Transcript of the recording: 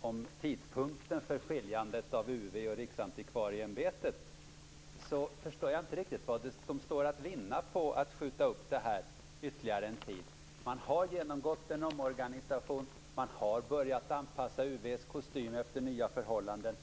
om tidpunkten för skiljandet av UV och Riksantikvarieämbetet förstår jag inte riktigt vad som står att vinna på att skjuta upp detta ytterligare en tid. Riksantikvarieämbetet har genomgått en omorganisation och har börjat anpassa UV:s kostym efter nya förhållanden.